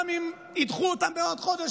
גם אם יידחו אותן בעוד חודש,